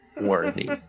worthy